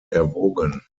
erwogen